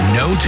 no